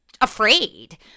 afraid